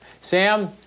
Sam